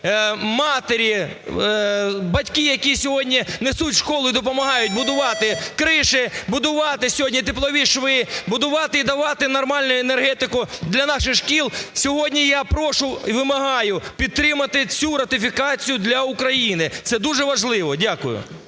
матері, батьки, які сьогодні несуть в школу і допомагають будувати криши, будувати сьогодні теплові шви, будувати і давати нормальну енергетику для наших шкіл. Сьогодні я прошу і вимагаю підтримати цю ратифікацію для України, це дуже важливо. Дякую.